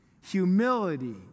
Humility